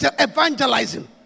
evangelizing